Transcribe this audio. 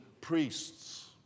priests